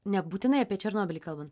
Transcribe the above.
nebūtinai apie černobylį kalbant